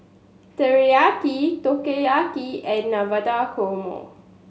Teriyaki Takoyaki and Navratan Korma